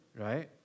right